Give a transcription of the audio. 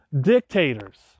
Dictators